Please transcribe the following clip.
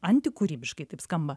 antikūrybiškai taip skamba